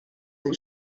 des